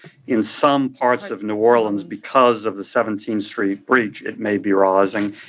in some parts of new orleans, because of the seventeenth street breach, it may be rising.